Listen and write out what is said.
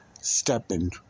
stepping